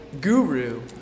guru